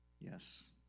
Yes